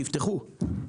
תפתחו.